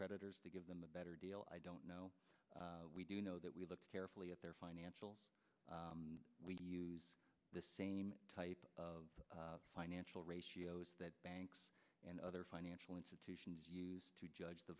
creditors to give them a better deal i don't know we do know that we looked carefully at their financials we same type of financial ratios that banks and other financial institutions use to judge the